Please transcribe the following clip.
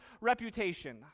reputation